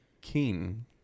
king